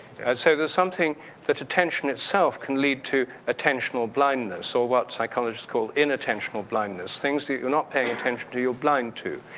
and so, there's something that attention itself can lead to attentional blindness or what psychologists call inattentional blindness. things that you are not paying attention, you're blind to,